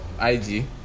IG